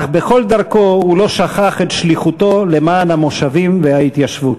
אך בכל דרכו הוא לא שכח את שליחותו למען המושבים וההתיישבות.